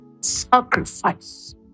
sacrifice